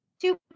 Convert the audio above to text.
Two